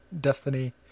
Destiny